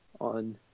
on